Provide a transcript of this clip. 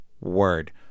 Word